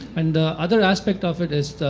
and the other aspect of it is